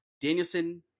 Danielson